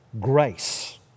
grace